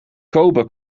kobe